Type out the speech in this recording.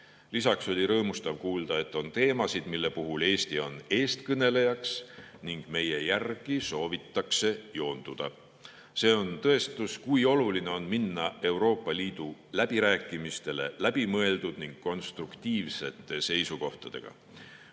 Lisaks oli rõõmustav kuulda, et on teemasid, mille puhul Eesti on eestkõneleja ning meie järgi soovitakse joonduda. See on tõestus, kui oluline on minna Euroopa Liidu läbirääkimistele läbimõeldud ning konstruktiivsete seisukohtadega.